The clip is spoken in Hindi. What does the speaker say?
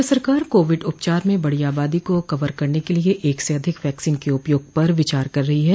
केन्द्र सरकार कोविड उपचार में बड़ी आबादी को कवर करने के लिए एक से अधिक वैक्सीन के उपयोग पर विचार कर रही है